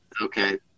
Okay